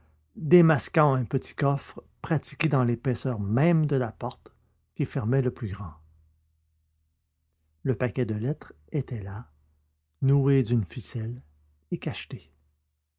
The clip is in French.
démasquant un petit coffre pratiqué dans l'épaisseur même de la porte qui fermait le plus grand le paquet de lettres était là noué d'une ficelle et cacheté